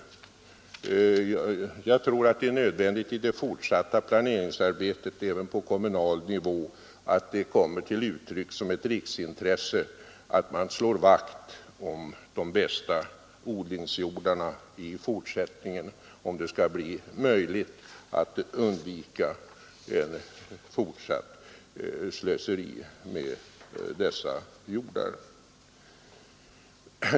Jag tror det är nödvändigt att det i det fortsatta planeringsarbetet även på kommunal nivå kommer till uttryck att det är ett riksintresse att slå vakt om de bästa odlingsjordarna om det skall bli möjligt att undvika fortsatt slöseri med dessa jordar.